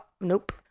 Nope